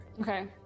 Okay